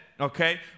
Okay